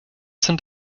sind